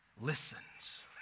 listens